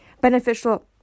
beneficial